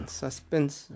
suspense